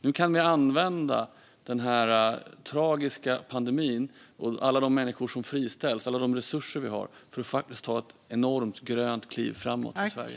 Nu kan vi använda den här tragiska pandemin, alla de människor som friställs och alla de resurser vi har för att faktiskt ta ett enormt grönt kliv framåt i Sverige.